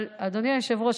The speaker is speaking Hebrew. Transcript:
אבל אדוני היושב-ראש,